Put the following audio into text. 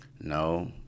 No